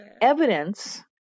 evidence